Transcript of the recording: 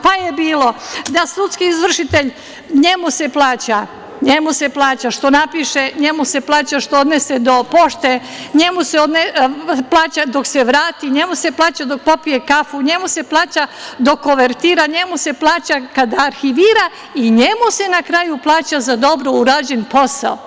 Pa je bilo da se sudskom izvršitelju plaća što napiše, njemu se plaća što odnese do pošte, njemu se plaća dok se vrati, njemu se plaća dok popije kafu, njemu se plaća dok kovertira, njemu se plaća kada arhivira i njemu se na kraju plaća za dobro urađen posao.